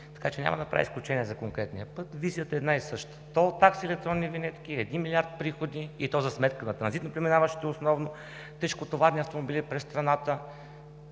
така че няма да направя изключение за конкретния път. Визията е една и съща: тол такси, електронни винетки, 1 млрд. лв. приходи и то за сметка на транзитно преминаващите, основно тежкотоварни автомобили, през страната.